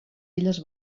illes